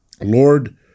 Lord